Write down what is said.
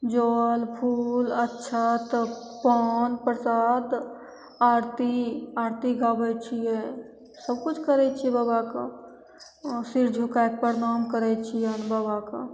जल फूल अच्छत पान परसाद आरती आरती गाबै छिए सबकिछु करै छिए बाबाके आओर सिर झुकैके परनाम करै छिअनि बाबाके